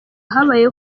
habaye